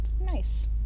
nice